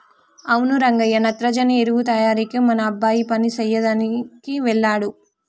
అవును రంగయ్య నత్రజని ఎరువు తయారీకి మన అబ్బాయి పని సెయ్యదనికి వెళ్ళాడు